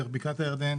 דרך בקעת הירדן